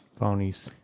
Phonies